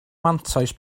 mantais